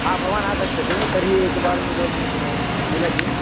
हा भवानागच्छतु तर्हि एकवारं मिलो मिलतु